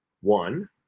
One